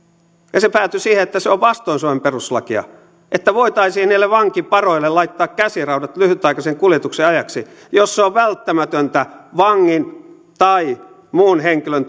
ja se päätyi siihen että se on vastoin suomen perustuslakia että voitaisiin niille vankiparoille laittaa käsiraudat lyhytaikaisen kuljetuksen ajaksi jos se on välttämätöntä vangin tai muun henkilön